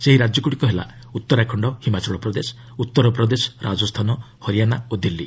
ସେହି ରାଜ୍ୟଗୁଡ଼ିକ ହେଲା ଉତ୍ତରାଖଣ୍ଡ ହିମାଚଳ ପ୍ରଦେଶ ଉତ୍ତର ପ୍ରଦେଶ ରାଜସ୍ଥାନ ହରିଆନା ଓ ଦିଲ୍ଲୀ